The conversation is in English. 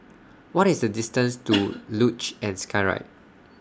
What IS The distance to Luge and Skyride